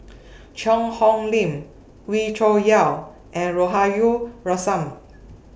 Cheang Hong Lim Wee Cho Yaw and Rahayu